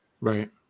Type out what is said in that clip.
Right